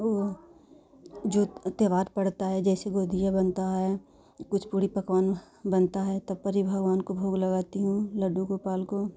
वह जो त्यौहार पड़ता है जैसे कोई दिया बनता है कुछ पूड़ी पकवान बनता है तब पर भी भगवान को भोग लगाती हूँ लड्डू गोपाल को